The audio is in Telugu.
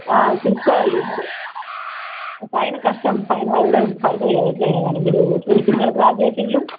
చూసుకోవాలి మరి ఫైన్ కష్టం ఫైన వాల్డే పడుతుంది కదా ఎలాగైనా కానీ మీరు సిగ్నల్ క్రాస్ చేసారు